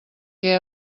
què